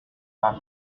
but